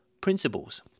principles